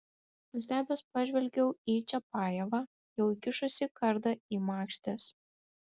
nustebęs pažvelgiau į čiapajevą jau įkišusį kardą į makštis